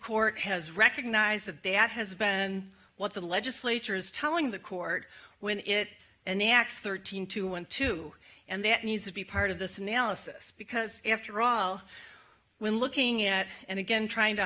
court has recognized that they at has been what the legislature is telling the court when it and the acts thirteen two one two and that needs to be part of this analysis because after all we're looking at and again trying to